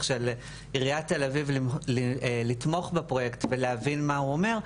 של עיריית תל אביב לתמוך בפרויקט ולהבין מה הוא אומר,